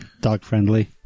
dog-friendly